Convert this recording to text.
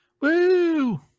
Woo